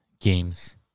games